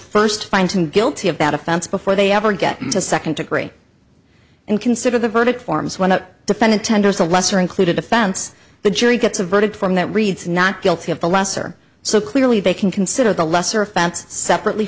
first find him guilty of that offense before they ever get to second degree and consider the verdict forms when a defendant tenders a lesser included offense the jury gets a verdict form that reads not guilty of the lesser so clearly they can consider the lesser offense separately